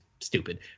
stupid